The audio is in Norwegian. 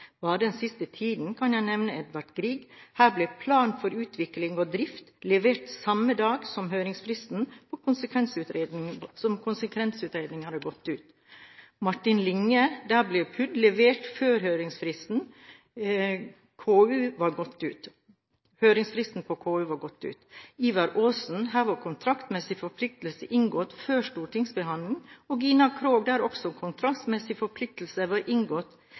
Bare den siste tiden kan jeg nevne Edvard Grieg, der plan for utvikling og drift ble levert samme dag som høringsfristen på konsekvensutredningen var gått ut, Martin Linge, der PUD ble levert før høringsfristen på konsekvensutredningen var gått ut, Ivar Aasen, der kontraktsmessige forpliktelser var inngått før stortingsbehandling, og Gina Krog, der også kontraktsmessige forpliktelser var inngått.